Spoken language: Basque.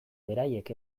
beraiek